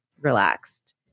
relaxed